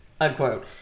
unquote